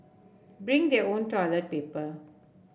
bring their own toilet paper